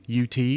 UT